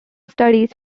studies